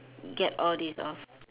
get all this off